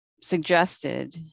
suggested